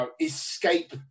escape